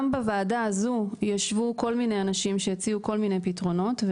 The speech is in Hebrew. גם בוועדה הזאת ישבו כל מיני אנשים שהציעו כל מיני פתרונות,